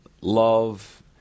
love